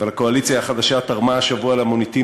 אבל הקואליציה החדשה תרמה השבוע למוניטין